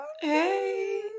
hey